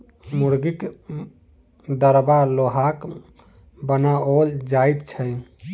मुर्गीक दरबा लोहाक बनाओल जाइत छै